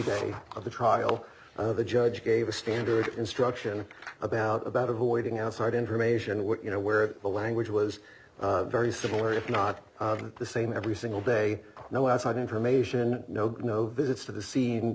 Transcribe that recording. day of the trial the judge gave a standard instruction about about avoiding outside information what you know where the language was very similar if not the same every single day now as i've information no no visits to the scene